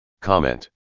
Comment